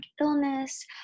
illness